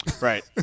Right